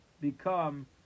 become